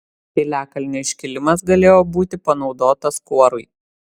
piliakalnio iškilimas galėjo būti panaudotas kuorui